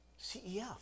CEF